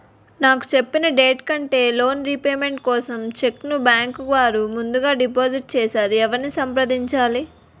నాకు చెప్పిన డేట్ కంటే లోన్ రీపేమెంట్ కోసం చెక్ ను బ్యాంకు వారు ముందుగా డిపాజిట్ చేసారు ఎవరిని సంప్రదించాలి?